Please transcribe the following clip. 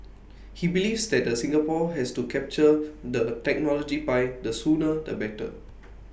he believes that the Singapore has to capture the technology pie the sooner the better